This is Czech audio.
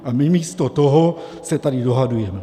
A my místo toho se tady dohadujeme.